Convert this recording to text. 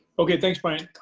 okay thanks bryant.